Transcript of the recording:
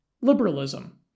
liberalism